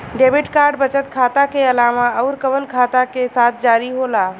Debit card बचत खाता के अलावा अउरकवन खाता के साथ जारी होला?